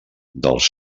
dels